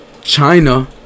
China